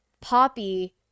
Poppy